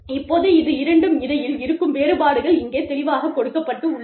இப்போது இது இரண்டும் இடையில் இருக்கும் வேறுபாடுகள் இங்கே தெளிவாக கொடுக்கப்பட்டுள்ளது